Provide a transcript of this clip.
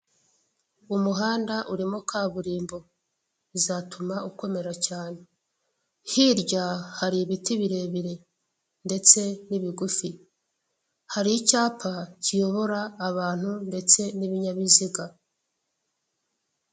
Umuhanda urimo kaburimbo bizatuma ukomera cyane, hirya hari ibiti birebire ndetse n'ibigufi har'icyapa kiyobora abantu ndetse n'ibinyabiziga.